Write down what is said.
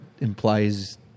implies